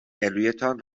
گلویتان